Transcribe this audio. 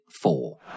four